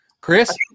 Chris